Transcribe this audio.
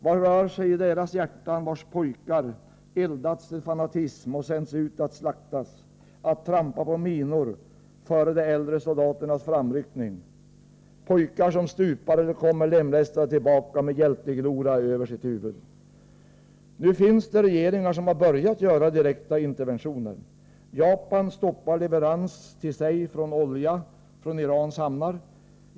Vad rör sig i deras hjärtan, vars pojkar eldats till fanatism och sänts ut att slaktas, att trampa på minor före äldre soldaters framryckning? Det är pojkar som stupar eller kommer lemlästade tillbaka med hjältegloria över sitt huvud! Nu finns det regeringar som har börjat göra direkta interventioner. Japan stoppar leverans av olja till sina hamnar från Iran.